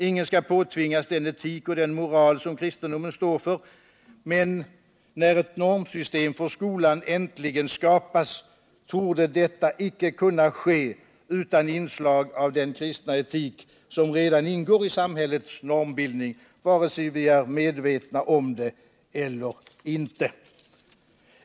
Ingen skall påtvingas den etik och den moral som kristendomen står för, men när ett normsystem för skolan äntligen skapas torde detta icke kunna ske utan inslag av den kristna etik som redan ingår i samhällets normbildning, vare sig vi är medvetna om det eller inte.